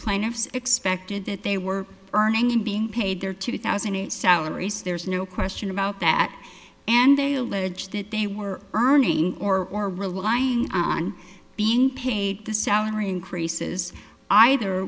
plaintiffs expected that they were earning and being paid their two thousand and eight salaries there's no question about that and they allege that they were earning or are relying on being paid the salary increases either